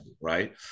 Right